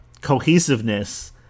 cohesiveness